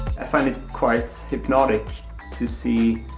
i find it quite hypnotic to see,